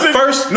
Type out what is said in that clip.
first